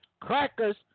crackers